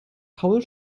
paul